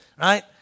right